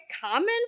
common